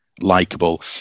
likable